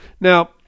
Now